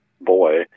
boy